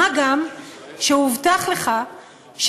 מה גם שהובטח לך כשישבו,